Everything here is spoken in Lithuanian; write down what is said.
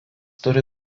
turi